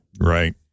right